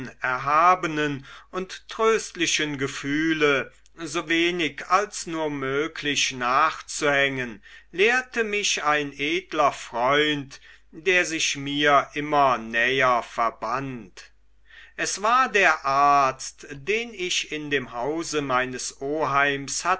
erhabenen und tröstlichen gefühle so wenig als nur möglich nachzuhängen lehrte mich ein edler freund der sich mir immer näher verband es war der arzt den ich in dem hause meines oheims